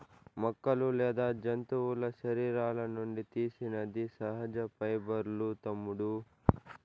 మొక్కలు లేదా జంతువుల శరీరాల నుండి తీసినది సహజ పైబర్లూ తమ్ముడూ